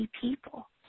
people